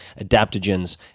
adaptogens